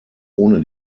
ohne